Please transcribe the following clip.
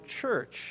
church